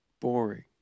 Boring